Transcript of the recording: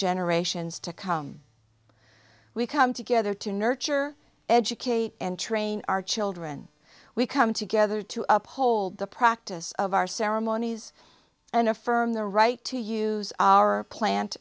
generations to come we come together to nurture educate and train our children we come together to uphold the practice of our ceremonies and affirm their right to use our plant